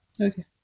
Okay